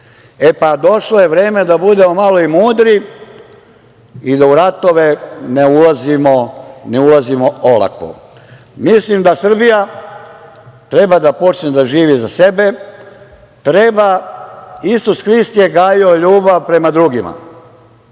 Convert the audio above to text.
naroda. Došlo je vreme da budemo malo i mudri i da u ratove ne ulazimo olako. Mislim da Srbija treba da počne da živi za sebe. Isus Hrist je gajio ljubav prema drugima. Vreme